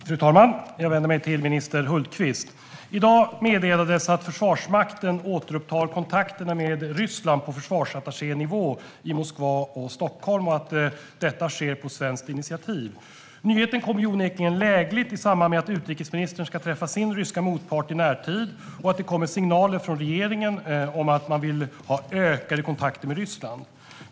Fru talman! Jag vänder mig till minister Hultqvist. I dag meddelades att Försvarsmakten återupptar kontakterna med Ryssland på försvarsattachénivå i Moskva och Stockholm och att detta sker på svenskt initiativ. Nyheten kom onekligen lägligt, i samband med att utrikesministern ska träffa sin ryska motpart i närtid och att det kommer signaler från regeringen om att man vill ha ökade kontakter med Ryssland.